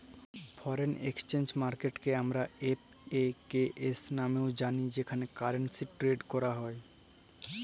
foreign exchange মার্কেটকে আমরা এফ.এ.কে.এস লামেও জালি যেখালে কারেলসি টেরেড ক্যরা হ্যয়